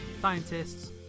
scientists